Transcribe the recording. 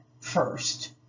first